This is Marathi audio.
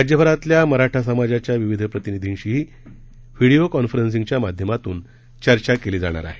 राज्यभरातील मराठा समाजाच्या विविध प्रतिनिधींशी देखील व्हिडिओ कॉन्फरन्सिंगच्या माध्यमातून चर्चा केली जाणार आहे